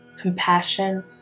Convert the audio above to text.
Compassion